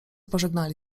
pożegnali